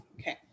Okay